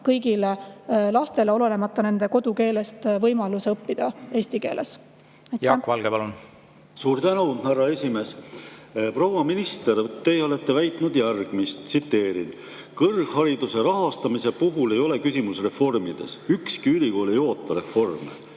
kõigile lastele olenemata nende kodukeelest võimaluse õppida eesti keeles. Jaak Valge, palun! Jaak Valge, palun! Suur tänu, härra esimees! Proua minister, te olete väitnud järgmist, tsiteerin: "Kõrghariduse rahastamise puhul ei ole küsimus reformides. Ükski ülikool ei oota reforme.